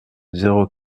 zéro